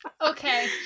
Okay